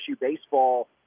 baseball